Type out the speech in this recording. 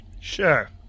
Sure